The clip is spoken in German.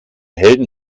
helden